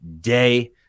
day